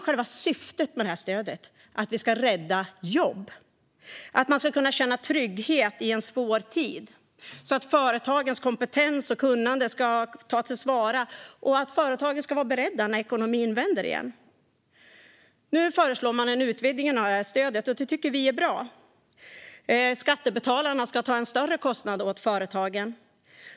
Själva syftet med stödet är att rädda jobb, att känna trygghet i en svår tid, så att företagens kompetens och kunnande tas till vara och så att företagen ska vara beredda när ekonomin vänder igen. Nu föreslår man en utvidgning av stödet, och det tycker vi är bra. Skattebetalarna ska ta en större kostnad åt företagen.